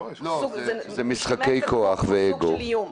זה סוג של איום.